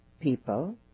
people